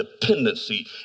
dependency